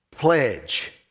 pledge